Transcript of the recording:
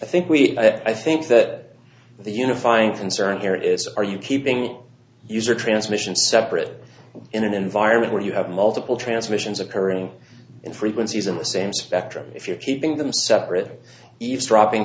i think we i think that the unifying concern here is are you keeping it user transmission separate in an environment where you have multiple transmissions occurring in frequencies in the same spectrum if you're keeping them separate eavesdropping